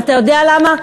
ואתה יודע מה,